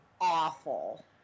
Awful